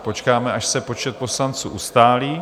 Počkáme, až se počet poslanců ustálí.